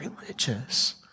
religious